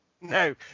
no